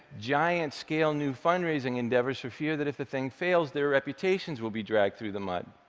giant-scale new fundraising endeavors, for fear that if the thing fails, their reputations will be dragged through the mud.